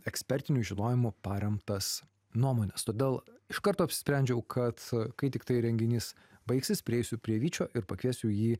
ekspertiniu žinojimu paremtas nuomones todėl iš karto apsisprendžiau kad kai tiktai renginys baigsis prieisiu prie vyčio ir pakviesiu jį